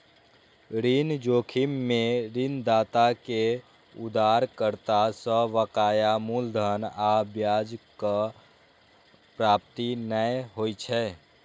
ऋण जोखिम मे ऋणदाता कें उधारकर्ता सं बकाया मूलधन आ ब्याजक प्राप्ति नै होइ छै